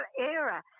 era